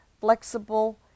flexible